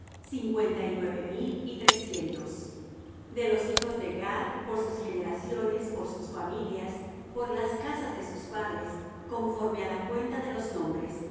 cincuenta y nueve mil y trescientos de los hijos de gad por sus generaciones por sus familias por las casas de sus padres conforme á la cuenta de los nombres